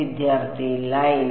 വിദ്യാർത്ഥി ലൈൻ